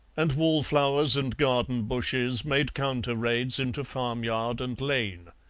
and wallflowers and garden bushes made counter-raids into farmyard and lane.